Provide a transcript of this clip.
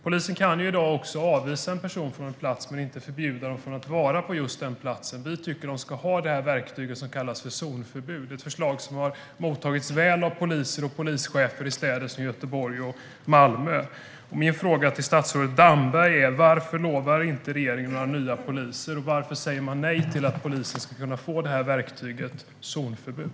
Polisen kan i dag avvisa personer från en plats men inte förbjuda dem från att vara på just den platsen. Vi tycker att polisen ska ha tillgång till det verktyg som kallas för zonförbud. Det är ett förslag som har mottagits väl av poliser och polischefer i städer som Göteborg och Malmö. Mina frågor till statsrådet Damberg är: Varför lovar inte regeringen några nya poliser? Varför säger man nej till att polisen ska kunna få använda verktyget zonförbud?